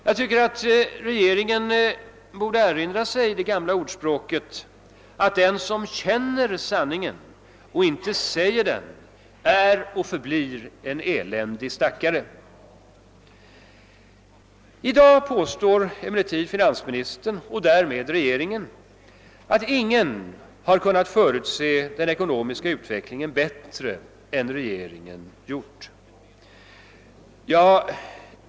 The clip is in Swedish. Jag tycker att regeringen borde erinra sig det gamla talesättet att den som känner sanningen och inte säger den är och förblir en eländig stackare. I dag påstår emellertid finansministern och därmed regeringen att ingen har kunnat förutse den ekonomiska utvecklingen bättre än regeringen gjort.